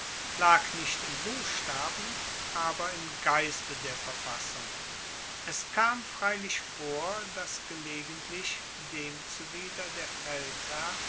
lag nicht im buchstaben aber im geiste der verfassung es kam freilich vor dass gelegentlich diesem zuwider der feldherr